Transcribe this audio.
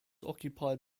occupied